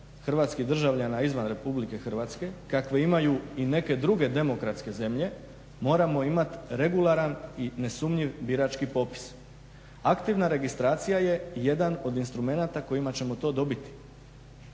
hrvatskih državljana izvan RH kakve imaju i neke druge demokratske zemlje moramo imati regularan i nesumnjiv birački popis. Aktivna registracija je jedan od instrumenata kojima ćemo to dobiti.